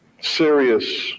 serious